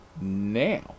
now